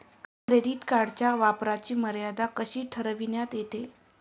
Credit कार्डच्या वापराची मर्यादा कशी ठरविण्यात येते?